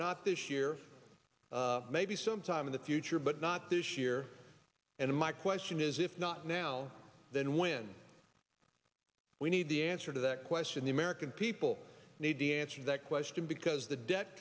not this year maybe sometime in the future but not this year and my question is if not now then when we need the answer to that question the american people need to answer that question because the de